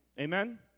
Amen